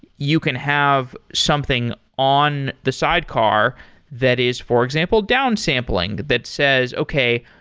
you can have something on the sidecar that is, for example, down-sampling that says, okay,